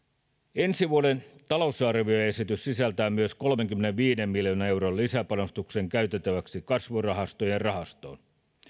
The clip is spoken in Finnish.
ensi vuoden talousarvioesitys sisältää myös kolmenkymmenenviiden miljoonan euron lisäpanostuksen käytettäväksi kasvurahastojen rahaston